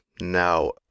now